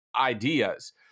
ideas